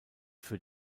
für